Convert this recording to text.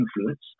influence